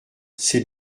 c’est